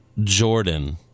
Jordan